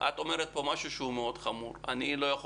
את אומרת משהו מאוד חמור שאני לא יכול